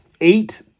eight